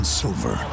silver